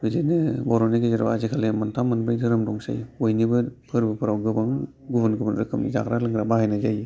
बिदिनो बर'नि गेजेराव आजिखालि मोनथाम मोनब्रै धोरोम दंसै बयनिबो फोरबोफोराव गोबां गुबुन गुबुन रोखोमनि जाग्रा लोंग्रा बाहायनाय जायो